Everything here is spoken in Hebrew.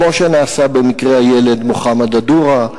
כמו שנעשה במקרה הילד מוחמד א-דורה,